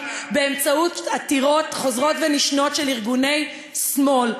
באמצעות עתירות חוזרות ונשנות של ארגוני שמאל.